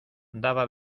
daba